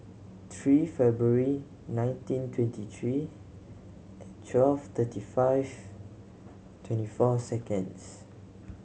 three February nineteen twenty three twelve thirty five twenty four seconds